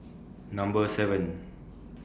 Number seven